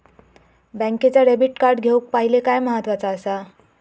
बँकेचा debit card घेउक पाहिले काय महत्वाचा असा?